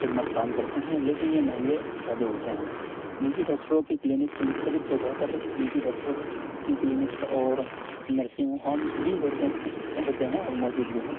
خدمت فراہم کرتے ہیں لیکن یہ مہنگے زیادہ ہوتے ہیں نجی ڈاکٹروں کی کلینکس مختلف جگہوں پر نجی ڈاکٹر کی کلینکس اور نرسنگ ہومس بھی ہوتے ہیں ہوتے ہیں اور موجود بھی ہیں